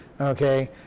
Okay